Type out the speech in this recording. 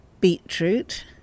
beetroot